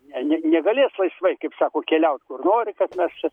ne ne negalės laisvai kaip sako keliaut kur nori kad mes čia